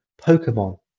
Pokemon